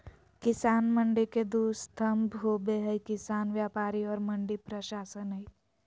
किसान मंडी के दू स्तम्भ होबे हइ किसान व्यापारी और मंडी प्रशासन हइ